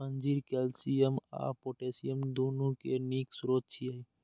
अंजीर कैल्शियम आ पोटेशियम, दुनू के नीक स्रोत छियै